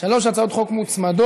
שלוש הצעות חוק מוצמדות.